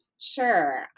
Sure